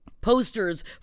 posters